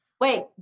Wait